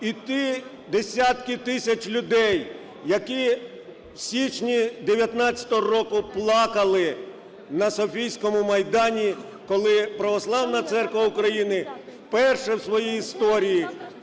і ті десятки тисяч людей, які в січні 19-го року плакали на Софійському майдані, коли Православна Церква України вперше в своїй історії,